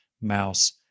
mouse